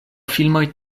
filmoj